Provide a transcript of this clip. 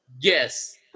Yes